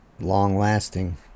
long-lasting